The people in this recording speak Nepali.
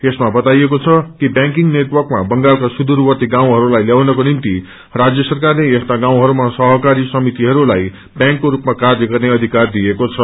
यसमा बताइएको छ कि व्याकिंङ नेटर्क्कमा बंगालका सुदूवर्ती गाउँहरूलाई ल्याउनको निम्ति राज्य सरकारले यस्ता गाउँहरूमा सहकारी समितिहरूलाई व्यांकको रूपमा कार्य गर्ने अधिकार दिएको छ